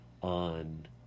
on